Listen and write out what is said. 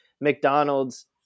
McDonald's